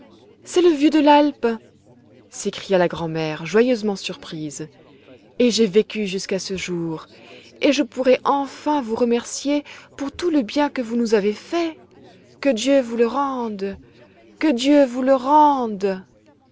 c'est le vieux de l'alpe s'écria la grand'mère joyeusement surprise et j'ai vécu jusqu'à ce jour et je pourrai enfin vous remercier pour tout le bien que vous nous avez fait que dieu vous le rende que dieu vous le rende